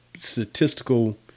statistical